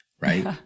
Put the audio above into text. right